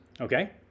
Okay